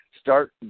Start